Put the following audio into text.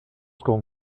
con